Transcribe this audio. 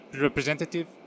representative